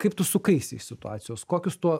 kaip tu sukaisi iš situacijos kokius tuo